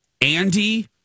Andy